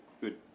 good